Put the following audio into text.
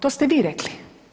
To ste vi rekli.